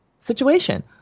situation